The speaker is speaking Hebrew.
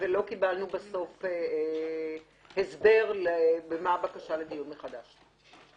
ולא קיבלנו הסבר בסוף, במה הבקשה לדיון מחדש.